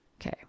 Okay